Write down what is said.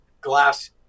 glass